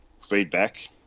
feedback